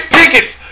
tickets